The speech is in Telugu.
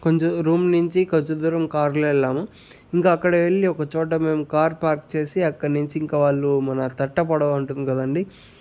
కొంచెం రూమ్ నుంచి కొంచం దూరం కారులో వెళ్ళాము ఇంక అక్కడ వెళ్ళి ఒక చోట మేము కార్ పార్క్ చేసి అక్కడ నించి ఇంక వాళ్ళు మన తట్ట పడవ ఉంటుంది కదండి